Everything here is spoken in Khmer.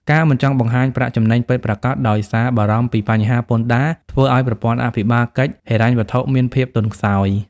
ការមិនចង់បង្ហាញប្រាក់ចំណេញពិតប្រាកដដោយសារបារម្ភពីបញ្ហាពន្ធដារ ធ្វើឱ្យប្រព័ន្ធអភិបាលកិច្ចហិរញ្ញវត្ថុមានភាពទន់ខ្សោយ។